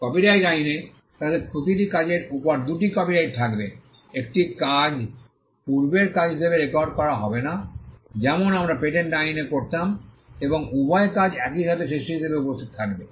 copyright আইনে তাদের প্রতিটি কাজের উপর দুটি কপিরাইট থাকবে একটি কাজ পূর্বের কাজ হিসাবে রেকর্ড করা হবে না যেমন আমরা পেটেন্ট আইনে করতাম বরং উভয় কাজ একই সাথে সৃষ্টি হিসাবে উপস্থিত থাকবে